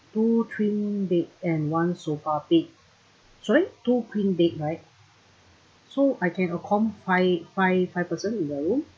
two twin bed and one sofa bed sorry two queen bed right so I can accommodate five five person in the room